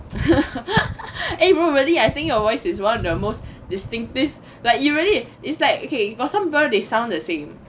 eh bro really I think your voice is one of the most distinctive like you really it's like okay got some people they sound the same